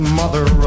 mother